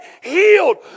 healed